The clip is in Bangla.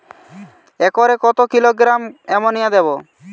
একরে কত কিলোগ্রাম এমোনিয়া দেবো?